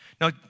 Now